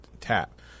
TAP